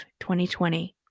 2020